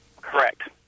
Correct